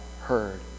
heard